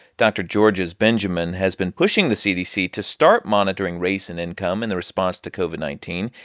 dr. georges benjamin has been pushing the cdc to start monitoring race and income in the response to covid nineteen.